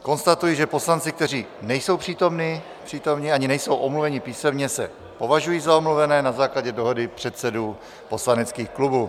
Konstatuji, že poslanci, kteří nejsou přítomni ani nejsou omluveni písemně, se považují za omluvené na základě dohody předsedů poslaneckých klubů.